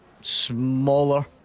Smaller